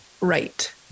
Right